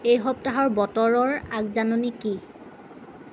এই সপ্তাহৰ বতৰৰ আগজাননী কি